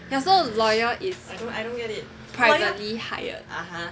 ya so lawyer is privately hired